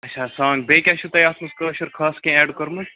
اَچھا بیٚیہِ کیٛاہ چھُو تۄہہِ اَتھ منٛز کٲشُرخاص کیٚنٛہہ اٮ۪ڈ کوٚرمُت